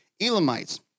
Elamites